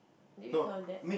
did we count that